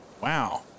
Wow